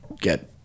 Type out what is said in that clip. get